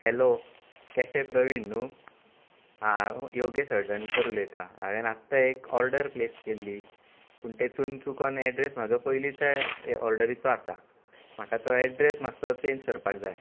hello cafe Praveen न्हू हांव योगेश हळदणकर उलयतां हांवें आतां एक ऑर्डर प्लेस केल्ली तातूंत चुकून एड्रेस म्हजो पयलींच्या ऑर्डरीचो आसा म्हाका तो एड्रेस मातशें चँज करपाक जाय